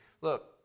Look